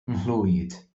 nghlwyd